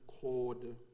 code